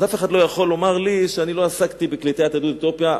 אז אף אחד לא יכול לומר לי שלא עסקתי בקליטת יהדות אתיופיה,